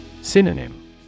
Synonym